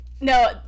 No